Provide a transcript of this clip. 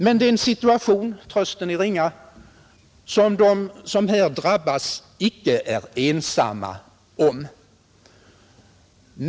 Men det är en situation — trösten är ringa — som de som här drabbas inte är ensamma om.